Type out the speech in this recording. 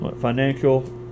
financial